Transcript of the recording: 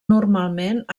normalment